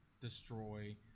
destroy